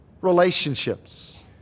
relationships